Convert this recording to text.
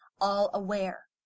all-aware